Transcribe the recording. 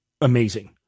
amazing